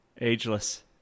Ageless